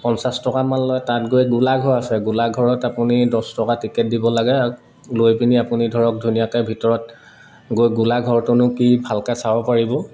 পঞ্চাছ টকামান লয় তাত গৈ গোলাঘৰ আছে গোলাঘৰত আপুনি দছ টকা টিকেট দিব লাগে আৰু লৈ পিনি আপুনি ধৰক ধুনীয়াকৈ ভিতৰত গৈ গোলাঘৰটোনো কি ভালকৈ চাব পাৰিব